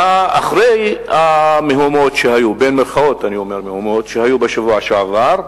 אחרי ה"מהומות" שהיו בשבוע שעבר,